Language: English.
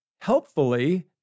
helpfully